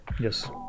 Yes